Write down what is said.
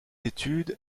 études